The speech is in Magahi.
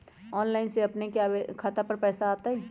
ऑनलाइन से अपने के खाता पर पैसा आ तई?